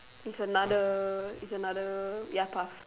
it's another it's another ya path